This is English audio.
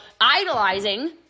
idolizing